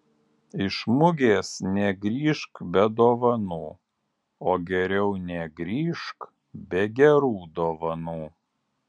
iš mugės negrįžk be dovanų o geriau negrįžk be gerų dovanų